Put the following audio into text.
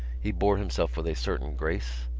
he bore himself with a certain grace,